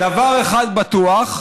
דבר אחד בטוח,